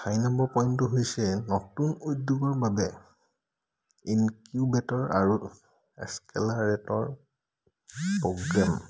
চাৰি নম্বৰ পইণ্টটো হৈছে নতুন উদ্যোগৰ বাবে ইনকিউবেটৰ আৰু এস্কেলাৰেটৰ প্ৰগ্ৰেম